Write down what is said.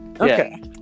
Okay